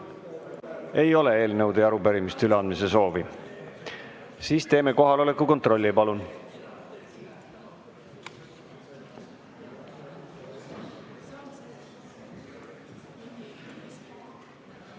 Ei ole eelnõude ja arupärimiste üleandmise soovi. Siis teeme kohaloleku kontrolli, palun!